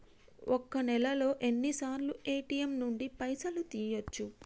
ఒక్క నెలలో ఎన్నిసార్లు ఏ.టి.ఎమ్ నుండి పైసలు తీయచ్చు?